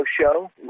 show